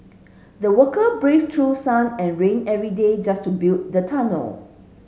the worker braved through sun and rain every day just to build the tunnel